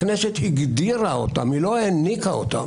הכנסת הגדירה אותן, היא לא העניקה אותן.